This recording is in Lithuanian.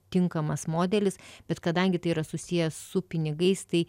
tinkamas modelis bet kadangi tai yra susiję su pinigais tai